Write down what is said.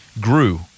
grew